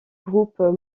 groupes